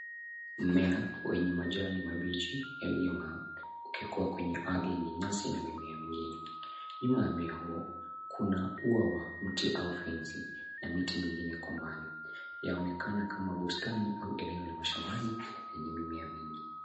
Mmea wenye majani mabichi yaliyongaa ,ukikuwa kwenye ardhi yenye nyasi na mimea mingine .Nyuma ya mmea huu, kuna ua wa mti au fensi na miti mingine kwa mbali. Yaonekana kama bustani au eneo la mashambani yenye mimea mingi.